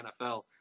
NFL